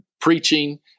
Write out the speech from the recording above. preaching